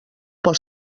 pel